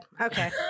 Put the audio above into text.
Okay